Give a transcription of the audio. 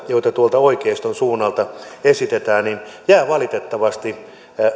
joita tuolta oikeiston suunnalta esitetään jää valitettavasti